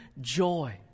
joy